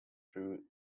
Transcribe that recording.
through